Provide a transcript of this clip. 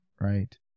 right